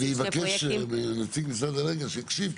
אני אבקש שנציג משרד האנרגיה שיקשיב,